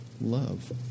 Love